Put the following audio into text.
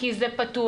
כי זה פתוח,